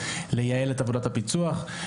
לייעל את עבודת הפיצו"ח.